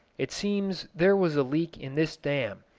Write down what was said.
it seems there was a leak in this dam,